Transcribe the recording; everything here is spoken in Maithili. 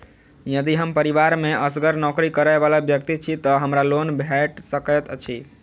यदि हम परिवार मे असगर नौकरी करै वला व्यक्ति छी तऽ हमरा लोन भेट सकैत अछि?